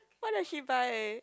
what does she buy